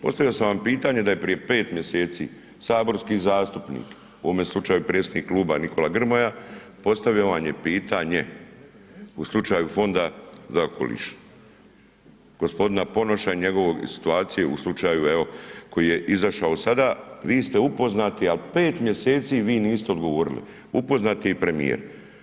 Postavio sam vam pitanje da je prije 5 mjeseci saborski zastupnik, u ovome slučaju predsjednik kluba Nikola Grmoja, postavio vam je pitanje u slučaju Fonda za okoliš, gospodina Ponoša i njegove situacije u slučaju evo koji je izašao sada, vi ste upoznati ali 5 mjeseci vi niste odgovorili, upoznati je i premijer.